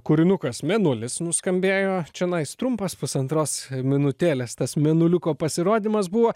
kūrinukas mėnulis nuskambėjo čianais trumpas pusantros minutėlės tas mėnuliuko pasirodymas buvo